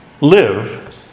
live